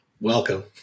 Welcome